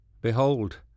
Behold